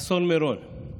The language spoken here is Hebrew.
"אסון מירון"